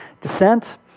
descent